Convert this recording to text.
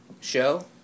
show